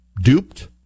duped